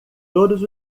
todos